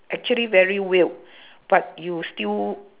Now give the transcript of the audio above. actually very weird but you still